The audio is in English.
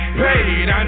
Paid